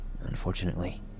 Unfortunately